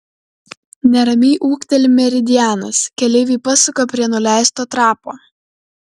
neramiai ūkteli meridianas keleiviai pasuka prie nuleisto trapo